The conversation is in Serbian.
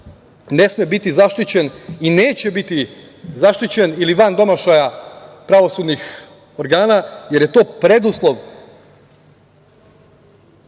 ne sme biti zaštićen i neće biti zaštićen ili van domašaja pravosudnih organa, jer je to preduslov